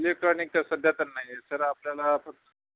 इलेक्ट्रॉनिकच्या सध्या तर नाही आहे सर आपल्याला